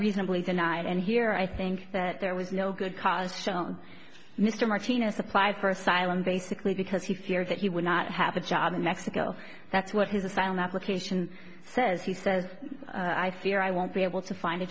reasonably denied and here i think that there was no good cause shown mr martinez applied for asylum basically because he feared that he would not have a job in mexico that's what his asylum application says he says i fear i won't be able to find a